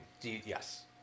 Yes